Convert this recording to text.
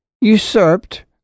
usurped